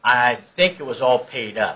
i think it was all paid u